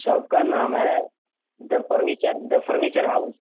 shop کا نام ہے the furniture the furniture house